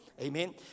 Amen